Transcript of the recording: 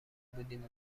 بودیم